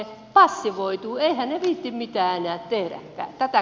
eiväthän ne viitsi mitään enää tehdäkään